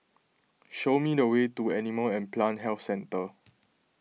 show me the way to Animal and Plant Health Centre